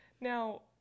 now